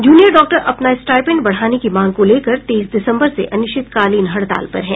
junior doctor अपना stipend बढ़ाने की मांग को लेकर तेईस दिसम्बर से अनिश्चितकालीन हड़ताल पर हैं